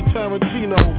Tarantino